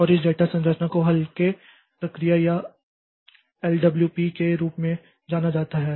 और इस डेटा संरचना को हल्के प्रक्रिया या एलवप के रूप में जाना जाता है